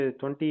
20